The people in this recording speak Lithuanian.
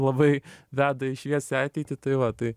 labai veda į šviesią ateitį tai va tai